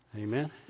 Amen